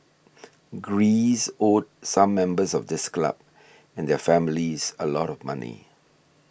Greece owed some members of this club and their families a lot of money